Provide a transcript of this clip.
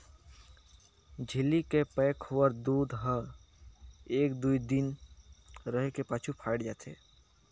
झिल्ली के पैक होवल दूद हर एक दुइ दिन रहें के पाछू फ़ायट जाथे